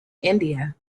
india